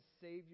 Savior